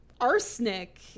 arsenic